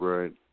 Right